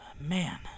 Man